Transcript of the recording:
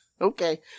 Okay